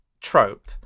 trope